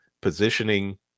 positioning